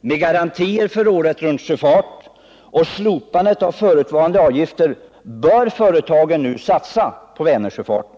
Med garantier för sjöfart året runt och slopandet av förutvarande avgifter bör företaget i ökad omfattning satsa på Vänersjöfarten.